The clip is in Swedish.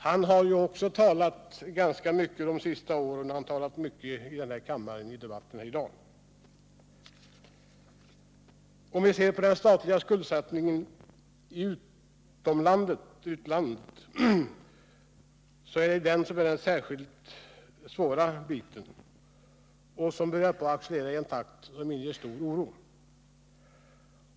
Han har ju annars under de senaste åren talat mycket i denna kammare, inte minst i dagens debatt. Den statliga skuldsättningen utomlands är ju den särskilt svåra biten — den accelererar i en takt som börjar inge stor oro.